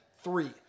three